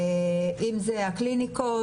אם אלה הקליניקות,